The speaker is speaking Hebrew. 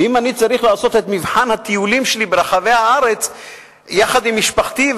ואם אני צריך לעשות את מבחן הטיולים ברחבי הארץ יחד עם משפחתי,